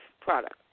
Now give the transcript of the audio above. product